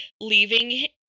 leaving